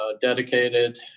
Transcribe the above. dedicated